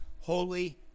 holy